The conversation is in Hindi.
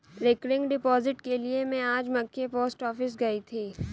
रिकरिंग डिपॉजिट के लिए में आज मख्य पोस्ट ऑफिस गयी थी